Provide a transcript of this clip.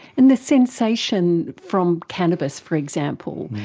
and the sensation from cannabis, for example,